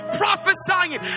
prophesying